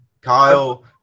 Kyle